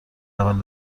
اول